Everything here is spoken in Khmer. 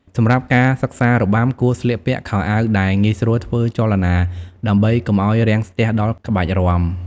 សម្រាប់ការសិក្សារបាំ គួរស្លៀកពាក់ខោអាវដែល ងាយស្រួលធ្វើចលនា ដើម្បីកុំឱ្យរាំងស្ទះដល់ក្បាច់រាំ។